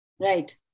Right